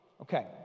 okay